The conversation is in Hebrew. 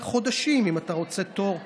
זה חודשים אם אתה רוצה תור,